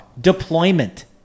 Deployment